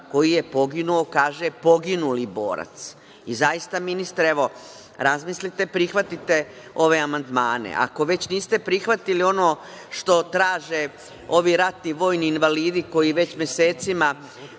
koji je poginuo kaže poginuli borac. Zaista, ministre evo razmislite, prihvatite ove amandmane. Ako već niste prihvatili ono što traže ovi ratni vojni invalidi koji već mesecima